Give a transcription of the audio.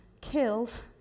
kills